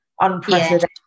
Unprecedented